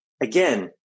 Again